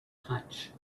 punch